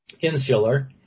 insular